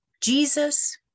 Jesus